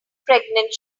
pregnant